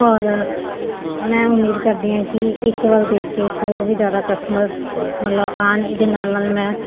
ਔਰ ਮੈਂ ਉਮੀਦ ਕਰਦੀ ਹਾਂ ਕਿ ਇੱਕ ਵੱਲ ਦੇਖ ਕੇ ਹੋਰ ਵੀ ਜ਼ਿਆਦਾ ਕਸਟਮਰਸ ਮਤਲਬ ਆਉਣ ਇਹਦੇ ਨਾਲ ਨਾਲ ਮੈਂ